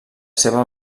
seva